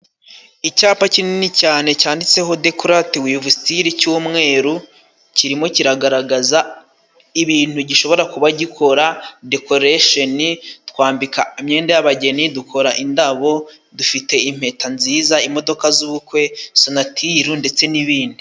Icyapa kinini cyane cyanditseho Dekoratiwivusitiri cy'umweru, kirimo kiragaragaza ibintu gishobora kuba gikora: dekoresheni, twambika imyenda y'abageni dukora indabo, dufite impeta nziza, imodoka z'ubukwe, sonaturu ndetse n'ibindi.